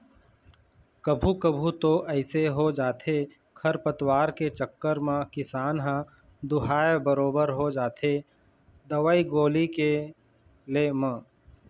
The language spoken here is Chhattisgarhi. कभू कभू तो अइसे हो जाथे खरपतवार के चक्कर म किसान ह दूहाय बरोबर हो जाथे दवई गोली के ले म